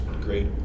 great